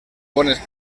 bones